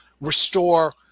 restore